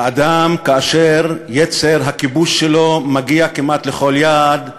האדם, כאשר יצר הכיבוש שלו מגיע כמעט לכל יעד,